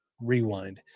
Rewind